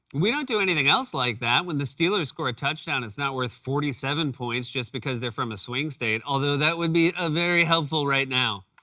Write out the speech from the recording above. we don't do anything else like that. when the steelers score a touchdown, it's not worth forty seven points, just because they're from a swing state, although that would be ah very helpful, right now.